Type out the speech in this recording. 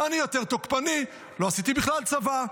אני יותר תוקפני, לא עשיתי בכלל צבא.